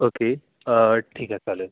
okay अं ठीकए चालेल